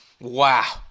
wow